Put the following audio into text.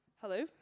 Hello